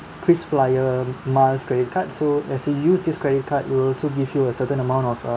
krisflyer miles credit card so as you use this credit card it will also give you a certain amount of uh